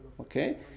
Okay